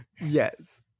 yes